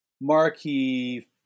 marquee